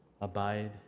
Abide